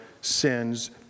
Sins